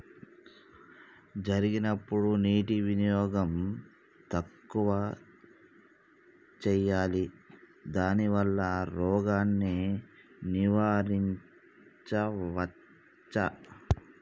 జరిగినప్పుడు నీటి వినియోగం తక్కువ చేయాలి దానివల్ల రోగాన్ని నివారించవచ్చా?